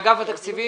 אגף התקציבים.